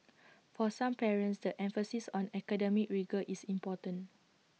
for some parents the emphasis on academic rigour is important